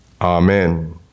Amen